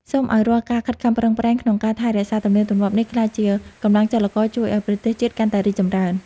សូមឱ្យរាល់ការខិតខំប្រឹងប្រែងក្នុងការថែរក្សាទំនៀមទម្លាប់នេះក្លាយជាកម្លាំងចលករជួយឱ្យប្រទេសជាតិកាន់តែរីកចម្រើន។